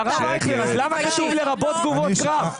אבל, הרב אייכלר, למה כתוב לרבות תגובות קרב?